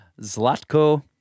Zlatko